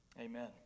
amen